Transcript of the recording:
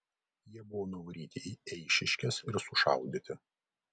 jie buvo nuvaryti į eišiškes ir sušaudyti